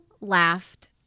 laughed